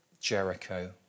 Jericho